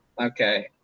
Okay